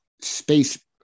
space